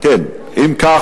אם כך,